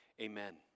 amen